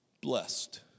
blessed